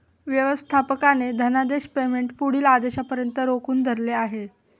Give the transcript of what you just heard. व्यवस्थापकाने धनादेश पेमेंट पुढील आदेशापर्यंत रोखून धरले आहे